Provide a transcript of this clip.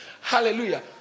Hallelujah